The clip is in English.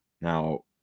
now